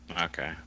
Okay